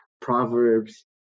Proverbs